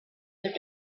their